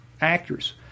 actors